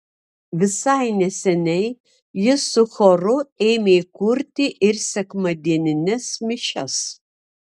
visai neseniai jis su choru ėmė kurti ir sekmadienines mišias